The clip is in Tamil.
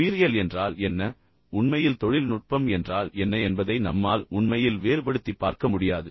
உயிரியல் என்றால் என்ன உண்மையில் தொழில்நுட்பம் என்றால் என்ன என்பதை நம்மால் உண்மையில் வேறுபடுத்திப் பார்க்க முடியாது